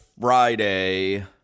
Friday